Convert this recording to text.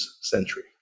Century